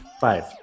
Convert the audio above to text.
Five